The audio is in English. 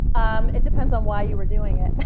um it depends on why you were doing it but